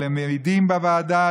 הם מעידים בוועדה,